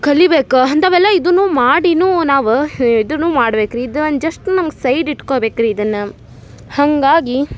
ಕಲಿಬೇಕು ಅಂತವೆಲ್ಲ ಇದನ್ನೂ ಮಾಡಿನೂ ನಾವು ಇದುನ್ನೂ ಮಾಡ್ಬೇಕು ರೀ ಇದು ಒನ್ ಜಸ್ಟ್ ನಮ್ಗ ಸೈಡ್ ಇಟ್ಕೊಬೇಕು ರೀ ಇದನ್ನ ಹಾಗಾಗಿ